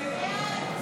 בדבר